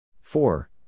Four